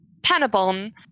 Panabon